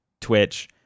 Twitch